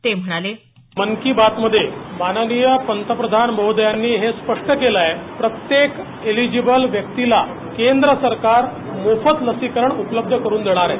ते म्हणाले मन की बात मध्ये माननीय प्रंतप्रधान महोदयांनी हे स्पष्ट केलं आहे प्रत्येक एलिजिबल व्यक्तीला केंद्र सरकार मोफत लसीकरण उपलब्ध करुन देणार आहे